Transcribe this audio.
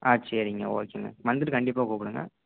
ஆ சரிங்க ஓகேங்க வந்துட்டு கண்டிப்பாக கூப்பிடுங்க